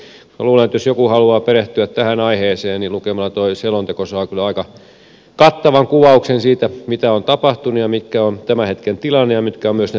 minä luulen että jos joku haluaa perehtyä tähän aiheeseen niin lukemalla tuon selonteon saa kyllä aika kattavan kuvauksen siitä mitä on tapahtunut ja mikä on tämän hetken tilanne ja mitkä ovat myös ne tulevaisuuden haasteet